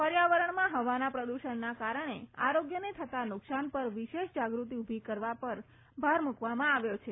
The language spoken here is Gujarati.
પર્યાવરણમાં ફવાના પ્રદૂષણના કારણે આરોગ્યને થતા નુકસાન પર વિશેષ જાગૃતિ ઉભી કરવા પર ભાર મૂકવામાં આવ્યો છે